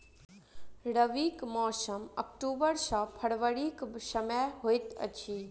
रबीक मौसम अक्टूबर सँ फरबरी क समय होइत अछि